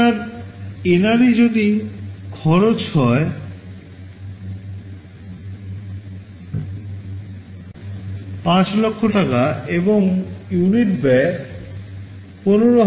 আপনার NRE যদি খরচ হয় পাঁচ লক্ষ টাকা এবং ইউনিট ব্যয় Rs